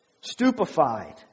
Stupefied